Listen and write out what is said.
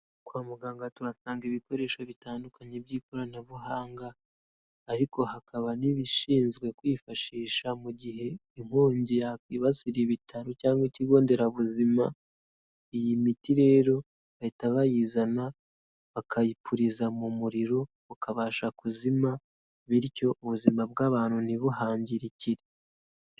Kwa muganga tuhasanga ibikoresho bitandukanye by'ikoranabuhanga, ariko hakaba n'ibishinzwe kwifashisha mu gihe inkongi yakwibasira ibitaro, cyangwa ikigo nderabuzima, iyi miti rero bahita bayizana bakayipuriza mu muriro ukabasha kuzima, bityo ubuzima bw'abantu ntibuhangirikire.